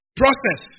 process